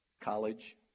College